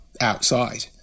outside